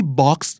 box